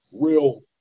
real –